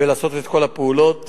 ולעשות את כל הפעולות.